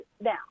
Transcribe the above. now